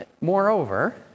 Moreover